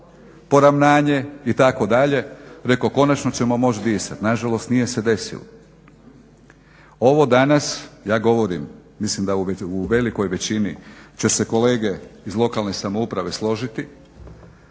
poravnanje itd., rekoh konačno ćemo moći disati. Nažalost, nije se desilo. Ovo danas ja govorim, mislim da u velikoj većini će se kolege iz lokalne samouprave složiti,